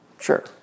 Sure